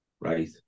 right